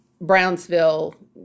Brownsville